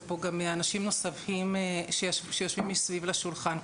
פה גם מאנשים נוספים שיושבים מסביב לשולחן,